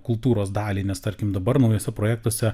kultūros dalį nes tarkim dabar naujuose projektuose